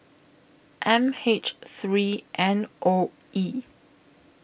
M H three N O E